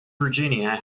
virginia